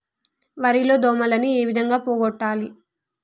వరి లో దోమలని ఏ విధంగా పోగొట్టాలి?